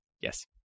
Yes